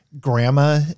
grandma